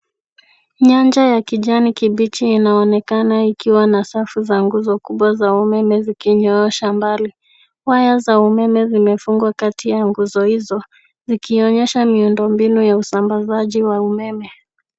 Nyanja ya kijani kibichi inaonekana ikiwa na safu za nguzo kubwa za umeme zikinyoosha mbali. Waya za umeme zimefungwa kati ya nguzo hizo, zikionyesha miundombinu ya usambazaji wa umeme.